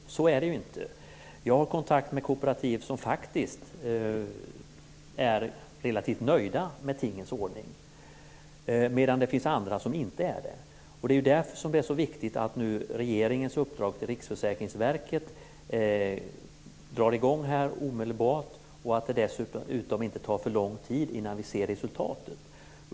Så är det ju inte. Jag har kontakt med kooperativ som faktiskt är relativt nöjda med tingens ordning medan det finns andra som inte är det. Det är därför som det är så viktigt att regeringens uppdrag till Riksförsäkringsverket drar i gång omedelbart och att det dessutom inte tar för lång tid innan vi ser resultatet.